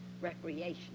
recreation